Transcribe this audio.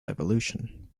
evolution